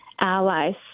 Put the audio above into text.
allies